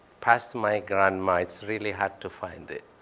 past my grandma, it's really hard to find it.